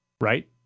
right